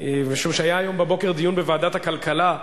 כי היה הבוקר דיון בוועדת הכלכלה,